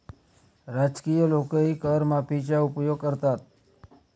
राजकीय लोकही कर माफीचा उपयोग करतात